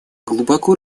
глубоко